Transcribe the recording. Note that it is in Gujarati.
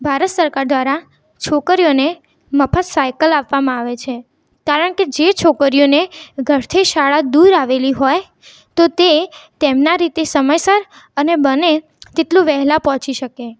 ભારત સરકાર દ્વારા છોકરીઓને મફત સાઇકલ આપવામાં આવે છે કારણ કે જે છોકરીઓને ઘરથી શાળા દૂર આવેલી હોય તો તે તેમનાં રીતે સમયસર અને બને તેટલું વહેલાં પહોંચી શકે